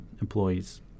employees